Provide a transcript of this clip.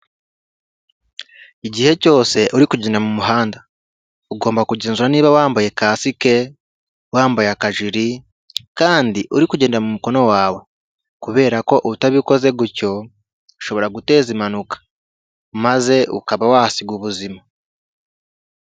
Igihe cyose uri kugenda mu muhanda, ugomba kugenzura niba wambaye kasike, wambaye akajiri kandi uri kugendera mu mukono wawe. Kubera ko utabikoze gutyo, ushobora guteza impanuka maze ukaba wasiga ubuzima.